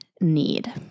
need